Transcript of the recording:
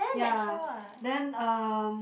ya then um